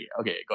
okay